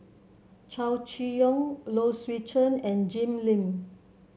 Chow Chee Yong Low Swee Chen and Jim Lim